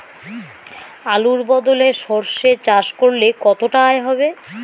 আলুর বদলে সরষে চাষ করলে কতটা আয় হবে?